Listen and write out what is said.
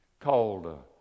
called